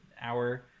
Hour